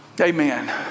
Amen